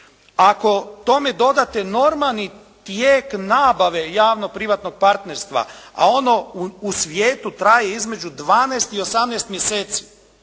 Ako tome dodate normalni tijek nabave javno-privatnog partnerstva, a ono u svijetu traje između 12 i 18 mjeseci.